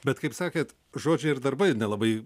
bet kaip sakėt žodžiai ir darbai nelabai